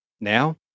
Now